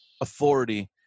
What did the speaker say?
authority